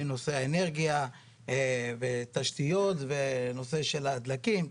מנושא האנרגיה ותשתיות ונושא של הדלקים,